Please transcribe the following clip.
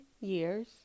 years